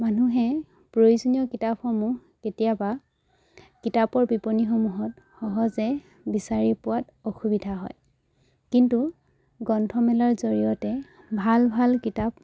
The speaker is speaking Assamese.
মানুহে প্ৰয়োজনীয় কিতাপসমূহ কেতিয়াবা কিতাপৰ বিপণীসমূহত সহজে বিচাৰি পোৱাত অসুবিধা হয় কিন্তু গ্ৰন্থমেলাৰ জৰিয়তে ভাল ভাল কিতাপ